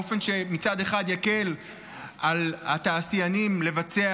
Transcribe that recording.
באופן שמצד אחד יקל על התעשיינים לבצע